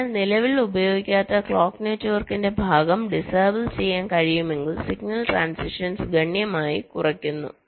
അതിനാൽ നിലവിൽ ഉപയോഗിക്കാത്ത ക്ലോക്ക് നെറ്റ്വർക്കിന്റെ ഭാഗം ഡിസേബിൾ ചെയ്യാൻ കഴിയുമെങ്കിൽ സിഗ്നൽ ട്രാന്സിഷൻസ് ഗണ്യമായി കുറയുന്നു